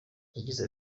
yagize